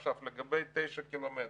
עכשיו, לגבי תשעה קילומטר,